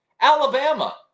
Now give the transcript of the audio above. Alabama